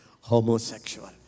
homosexual